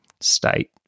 state